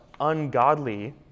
ungodly